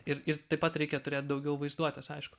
ir taip pat reikia turėt daugiau vaizduotės aišku